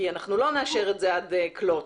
כי אנחנו לא נאשר את זה עד כלות.